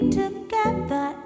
together